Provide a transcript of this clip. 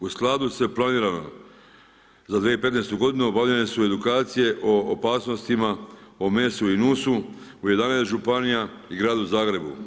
U skladu sa planiranim za 2015. godinu obavljene su edukacije o opasnostima o MES-u i NUS-u u 11 županija i gradu Zagrebu.